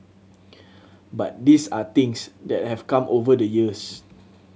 but these are things that have come over the years